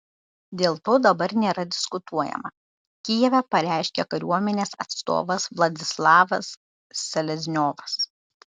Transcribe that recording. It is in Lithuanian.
dėl to dabar nėra diskutuojama kijeve pareiškė kariuomenės atstovas vladislavas selezniovas